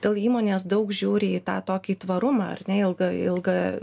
dėl įmonės daug žiūri į tą tokį tvarumą ar ne ilgą ilgą